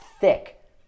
thick